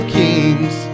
kings